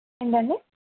ఏంటండి